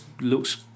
looks